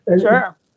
Sure